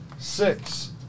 Six